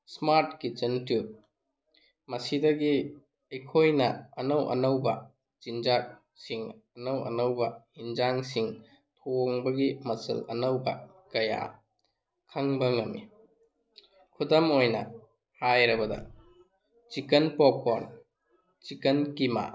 smart kitchen tube ꯃꯁꯤꯗꯒꯤ ꯑꯩꯈꯣꯏꯅ ꯑꯅꯧ ꯑꯅꯧꯕ ꯆꯤꯟꯖꯥꯛꯁꯤꯡ ꯑꯅꯧ ꯑꯅꯧꯕ ꯑꯦꯟꯁꯥꯡꯁꯤꯡ ꯊꯣꯡꯕꯒꯤ ꯃꯆꯜ ꯑꯅꯧꯕ ꯀꯌꯥ ꯈꯪꯕ ꯉꯝꯃꯤ ꯈꯨꯗꯝ ꯑꯣꯏꯅ ꯍꯥꯏꯔꯕꯗ ꯆꯤꯛꯀꯟ ꯄꯣꯞꯀꯣꯔꯟ ꯆꯤꯛꯀꯟ ꯀꯤꯝꯕꯥꯞ